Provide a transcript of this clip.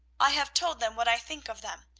i have told them what i think of them,